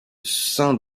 saint